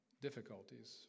difficulties